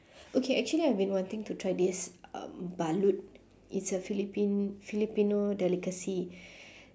okay actually I've been wanting to try this um balut it's a philippine filipino delicacy